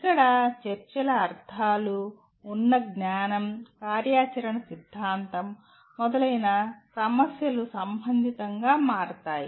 ఇక్కడే చర్చల అర్థాలు ఉన్న జ్ఞానం కార్యాచరణ సిద్ధాంతం మొదలైన సమస్యలు సంబంధితంగా మారతాయి